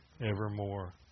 evermore